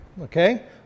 Okay